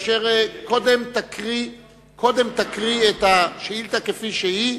אשר קודם תקריא את השאילתא כפי שהיא,